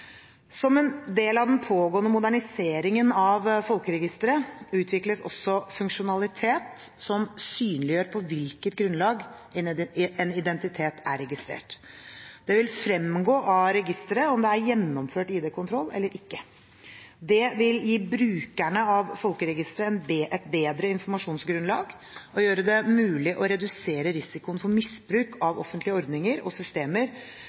Som en del av den pågående moderniseringen av Folkeregisteret utvikles også funksjonalitet som synliggjør på hvilket grunnlag en identitet er registrert. Det vil fremgå av registeret om det er gjennomført ID-kontroll eller ikke. Dette vil gi brukerne av Folkeregisteret et bedre informasjonsgrunnlag og gjøre det mulig å redusere risikoen for misbruk av offentlige ordninger og systemer